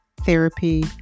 therapy